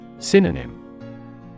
Synonym